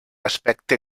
aspecte